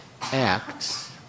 acts